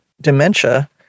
dementia